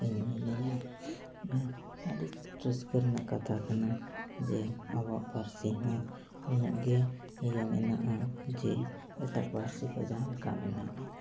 ᱤᱧᱤᱧ ᱢᱤᱱᱟᱹᱧᱟ ᱱᱚᱣᱟ ᱟᱹᱰᱤ ᱨᱟᱹᱥᱠᱟᱹ ᱨᱮᱱᱟᱜ ᱠᱟᱛᱷᱟ ᱠᱟᱱᱟ ᱡᱮ ᱟᱵᱚᱣᱟᱜ ᱯᱟᱹᱨᱥᱤᱦᱚᱸ ᱩᱱᱟᱹᱜ ᱜᱮ ᱤᱭᱟᱹ ᱢᱮᱱᱟᱜᱼᱟ ᱡᱮ ᱮᱴᱟᱜ ᱯᱟᱹᱨᱥᱤᱠᱚ ᱡᱟᱦᱟᱸᱞᱮᱠᱟ ᱢᱮᱱᱟᱜᱼᱟ